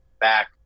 back